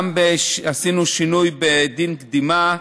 עשינו שינוי גם בדין קדימה.